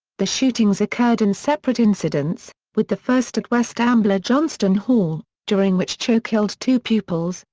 the shootings occurred in separate incidents, with the first at west ambler johnston hall, during which cho killed two pupils,